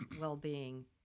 well-being